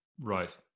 right